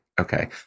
okay